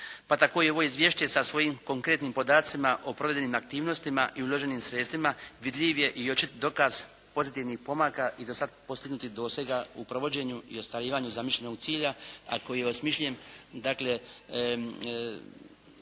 Pa tako i ovo izvješće sa svojim konkretnim podacima o provedbenim aktivnostima i uloženim sredstvima vidljiv je i očit dokaz pozitivnih pomaka i dosad postignutih dosega u provođenju i ostvarivanju zamišljenog cilja, a koji je osmišljen dakle